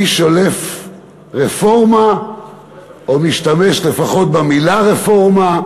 מי שולף רפורמה או משתמש לפחות במילה "רפורמה"